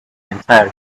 entire